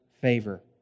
favor